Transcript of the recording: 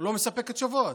ולא מספק תשובות?